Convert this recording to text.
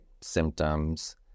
Symptoms